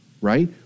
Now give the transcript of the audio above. right